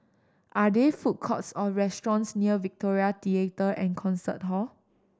are there food courts or restaurants near Victoria Theatre and Concert Hall